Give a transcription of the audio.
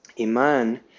Iman